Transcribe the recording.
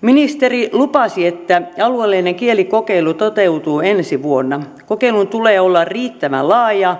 ministeri lupasi että alueellinen kielikokeilu toteutuu ensi vuonna kokeilun tulee olla riittävän laaja